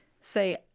Say